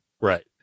Right